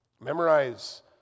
Memorize